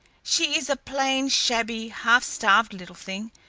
she is a plain, shabby, half starved little thing,